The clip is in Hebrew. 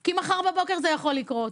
כי מחר בבוקר זה יכול לקרות.